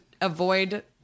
avoid